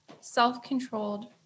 self-controlled